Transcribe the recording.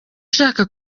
ushaka